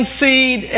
seed